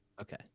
Okay